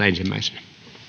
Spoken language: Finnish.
ensimmäisenä